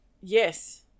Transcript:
yes